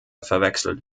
verwechselt